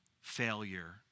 failure